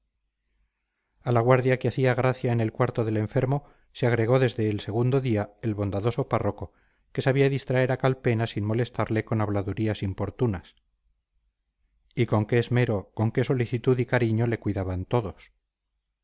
a la guardia que hacía gracia en el cuarto del enfermo se agregó desde el segundo día el bondadoso párroco que sabía distraer a calpena sin molestarle con habladurías importunas y con qué esmero con qué solicitud y cariño le cuidaban todos